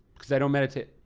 cause i don't meditate.